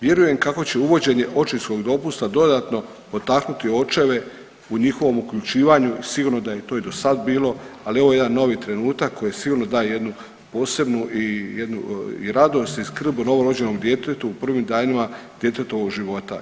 Vjerujem kako će uvođenje očinskog dopusta dodatno potaknuti očeve u njihovom uključivanju, sigurno da je to i dosada bilo, ali ovo je jedan novi trenutak koji sigurno daje jednu posebnu i jednu radost i skrb o novorođenom djetetu u prvim danima djetetova života.